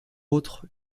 autres